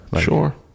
sure